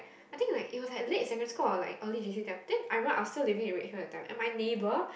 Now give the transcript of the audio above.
I think like it was like late secondary school or like early J_C time then I remember I was still living in Redhill that time and my neighbour